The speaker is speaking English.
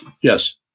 yes